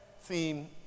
theme